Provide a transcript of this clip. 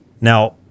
Now